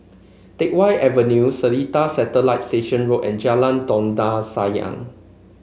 Teck Whye Avenue Seletar Satellite Station Road and Jalan Dondang Sayang